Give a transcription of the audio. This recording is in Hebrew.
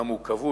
אומנם הוא כבוש,